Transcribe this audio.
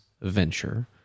venture